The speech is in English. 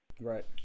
right